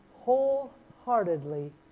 wholeheartedly